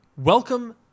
Welcome